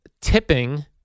tipping